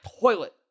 toilet